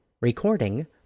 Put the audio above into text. Recording